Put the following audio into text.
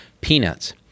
peanuts